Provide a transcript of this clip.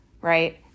right